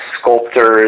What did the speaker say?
sculptors